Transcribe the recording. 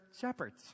shepherds